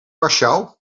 warschau